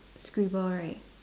scribble right